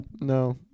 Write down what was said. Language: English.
No